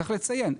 צריך לציין,